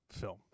film